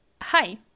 Hi